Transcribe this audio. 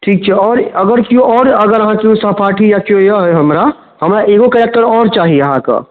ठीक आओर अगर केओ आओर अगर अहाँके केओ सहपाठी या केओ अइ हमरा हमरा एगो कैरेक्टर आओर चाही अहाँके